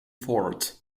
fort